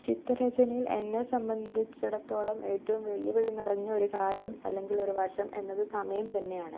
ചിത്രരചനയിൽ എന്നെ സംബന്ധിച്ചടത്തോളം ഏറ്റവും വെല്ലുവിളി നിറഞ്ഞ ഒരു കാര്യം അല്ലങ്കിൽ ഒരു വശം എന്നത് സമയം തന്നെയാണ്